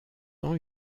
ans